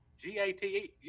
G-A-T-E